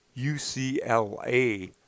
UCLA